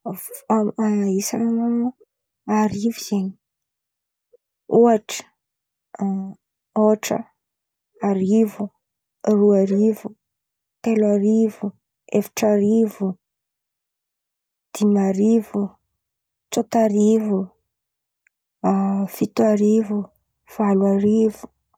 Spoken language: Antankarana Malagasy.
Isa arivo zen̈y ohatra arivo, roa arivo, telo arivo, efatra arivo, dimy arivo, tsôta arivo, fito arivo, valo arivo.